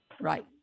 Right